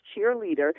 cheerleader